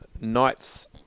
Knights